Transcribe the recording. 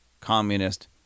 Communist